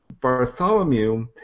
Bartholomew